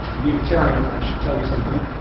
unitarian, that should tell you something.